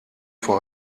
vor